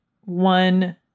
one